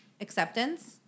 acceptance